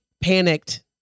panicked